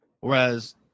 Whereas